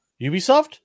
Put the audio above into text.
Ubisoft